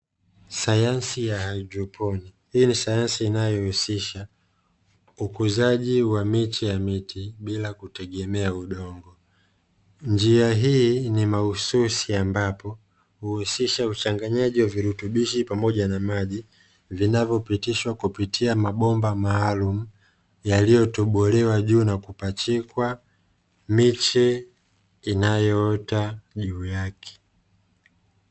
Sayansi ya haidroponi hii ni sayansi inayohusisha ukuzaji wa miche ya miti bila kutegemea udongo, njia hii ni mahususi ambapo huhusisha uchanganyaji wa virutubishi pamoja na maji vinavyopitishwa kupitia mabomba maalumu, yaliyotubolewa juu na kupachikwa miche inayoota juu yake.